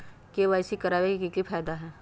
KYC करवाबे के कि फायदा है?